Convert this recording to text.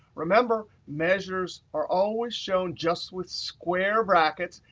remember, measures are always shown just with square brackets,